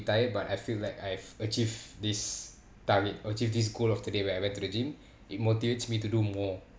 tired but I feel like I've achieved this target achieve this goal of today when I went to the gym it motivates me to do more